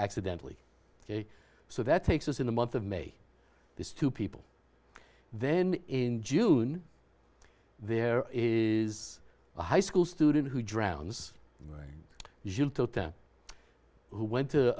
accidentally ok so that takes us in the month of may these two people then in june there is a high school student who drowns who went to